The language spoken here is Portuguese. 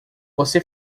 você